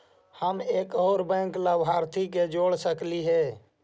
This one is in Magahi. हम एक और बैंक लाभार्थी के जोड़ सकली हे?